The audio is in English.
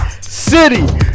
city